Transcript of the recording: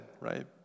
right